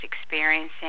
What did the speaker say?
experiencing